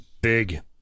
big